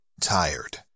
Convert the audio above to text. tired